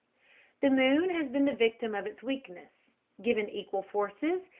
the moon has been the victim of its weakness given equal forces,